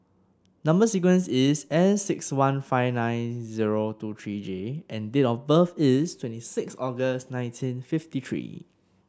number sequence is S six one five nine zero two three J and date of birth is twenty six August nineteen fifty three